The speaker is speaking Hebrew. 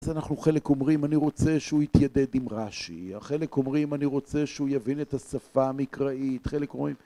אנחנו חלק אומרים אני רוצה שהוא יתיידד עם רש"י, חלק אומרים אני רוצה שהוא יבין את השפה המקראית, חלק אומרים